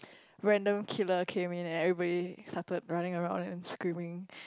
random killer came in and everybody started running around and screaming